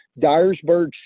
Dyersburg